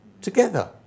together